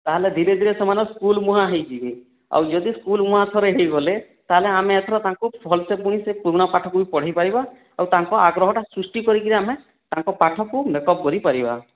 ତାହେଲେ ଧୀରେ ଧୀରେ ସେମାନେ ସ୍କୁଲ୍ ମୁହାଁ ହୋଇଯିବେ ଆଉ ଯଦି ସ୍କୁଲ୍ ମୁହାଁ ଥରେ ହୋଇଗଲେ ତା'ହେଲେ ଆମେ ଏଥର ତାଙ୍କୁ ଭଲ ସେ ପୁଣି ସେ ପୁରୁଣା ପାଠକୁ ବି ପଢ଼େଇ ପାରିବା ଆଉ ତାଙ୍କ ଆଗ୍ରହଟା ସୃଷ୍ଟି କରି କି ଆମେ ପାଠକୁ ମେକଅପ୍ କରି ପାରିବା